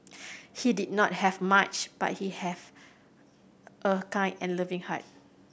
he did not have much but he have a kind and loving heart